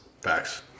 Facts